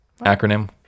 acronym